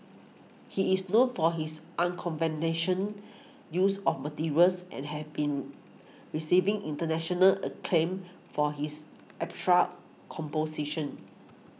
he is known for his use of materials and has been receiving international acclaim for his abstract compositions